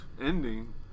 ending